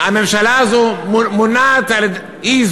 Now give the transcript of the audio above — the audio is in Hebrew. הממשלה הזו מונעת על-ידי,